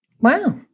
Wow